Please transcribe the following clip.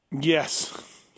Yes